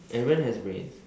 everyone has brains